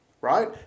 Right